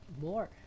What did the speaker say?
more